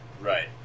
right